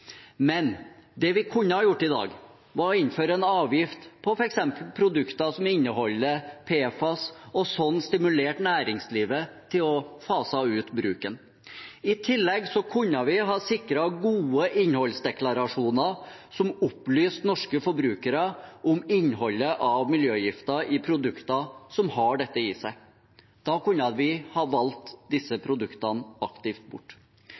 Men det vi kunne ha gjort i dag, var å innføre en avgift – på f.eks. produkter som inneholder PFAS og slik ha stimulert næringslivet til å fase ut bruken. I tillegg kunne vi ha sikret gode innholdsdeklarasjoner som opplyste norske forbrukere om innholdet av miljøgifter i produkter som har dette i seg. Da kunne vi ha valgt disse produktene aktivt bort.